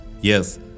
Yes